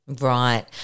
Right